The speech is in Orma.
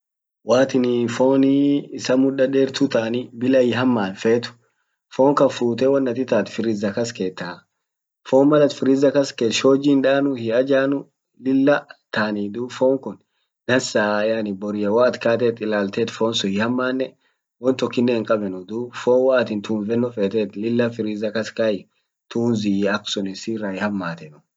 Woatinii fonii isa mda dertu taani bila hiaman fet. fon kan fuute won at itaat freezer kas ketta fon mal at freezer kas ket shoji hindanu hiajanuu lilla taani dub fon kun dansa yani boriya woat kaate't ilaltet fon sun hihamanne won tokkinen hinqabanuu. duub fon woat tunvenno fet lilla freezer kas kai tunzi ak sunin sirra hiamatenu.